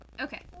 Okay